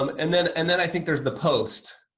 um and then and then i think there's the post.